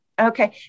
Okay